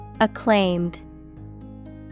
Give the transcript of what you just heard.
Acclaimed